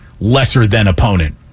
lesser-than-opponent